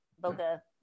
Boca